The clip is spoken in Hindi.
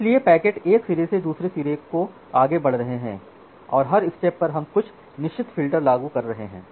इसलिए पैकेट एक सिरे से दुसरे सिरे को आगे बढ़ रहे हैं और हर स्टेप पर हम कुछ निश्चित फ़िल्टर लागू कर रहे हैं